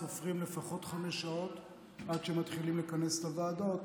סופרים לפחות חמש שעות עד שמתחילים לכנס את הוועדות,